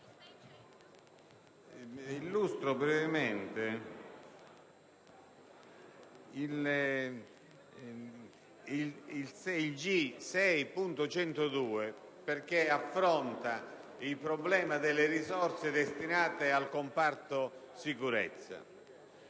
G6.102 affronta il tema delle risorse destinate al comparto sicurezza.